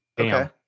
okay